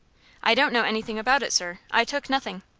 i don't know anything about it, sir. i took nothing.